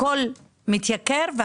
שהכל מתייקר,